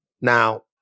Now